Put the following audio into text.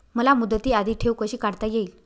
मला मुदती आधी ठेव कशी काढता येईल?